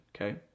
Okay